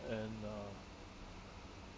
and uh